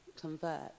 convert